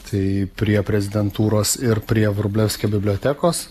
tai prie prezidentūros ir prie vrublevskių bibliotekos